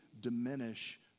diminish